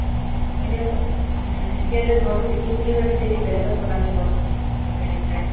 এতিয়া এতিয়া এতিয়া ঘৰটো বিকিম বুলি ভাবিছে এতিয়া বেলেগত বনালে ঘৰ বেলেগ ঠাইত